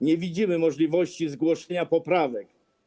Nie widzimy możliwości zgłoszenia poprawek.